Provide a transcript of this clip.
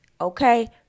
okay